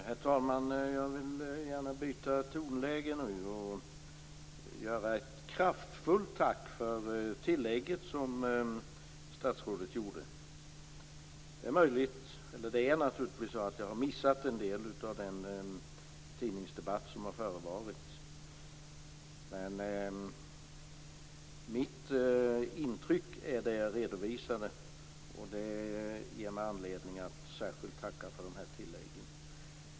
Herr talman! Jag vill gärna byta tonläge nu och anföra ett kraftfullt tack till det tillägg som statsrådet gjorde. Det är naturligtvis så att jag har missat en del av den tidningsdebatt som har förevarit. Men mitt intryck är det jag redovisade. Det ger mig anledning att särskilt tacka för tilläggen.